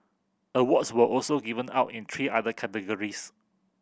awards were also given out in three other categories